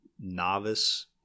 novice